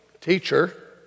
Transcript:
teacher